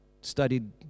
studied